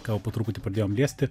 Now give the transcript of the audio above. ką jau po truputį pradėjom liesti